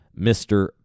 Mr